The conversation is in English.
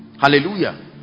Hallelujah